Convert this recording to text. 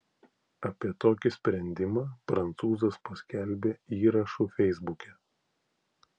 apie tokį sprendimą prancūzas paskelbė įrašu feisbuke